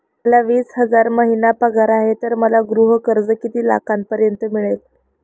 मला वीस हजार महिना पगार आहे तर मला गृह कर्ज किती लाखांपर्यंत मिळेल?